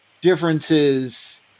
differences